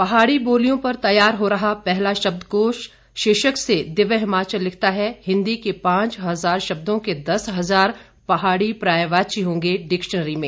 पहाड़ी बोलियों पर तैयार हो रहा पहला शब्दकोश शीर्षक से दिव्य हिमाचल लिखता है हिंदी के पांच हजार शब्दों के दस हजार पहाड़ी पर्यायवाची होंगे डिक्शनरी में